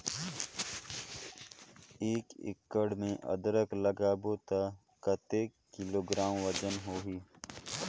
एक एकड़ मे अदरक लगाबो त कतेक किलोग्राम वजन होही?